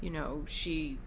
you know she